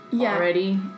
already